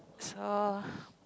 so